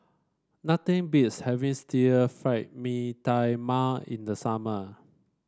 nothing beats having still Fried Mee Tai Mak in the summer